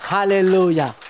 Hallelujah